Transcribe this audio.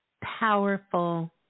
powerful